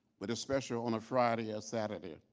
but especially on a friday or saturday.